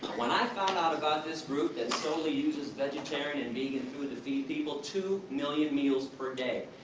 when i found out about this group, that solely uses vegetarian and vegan food to feed people, two million meals per day.